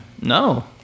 No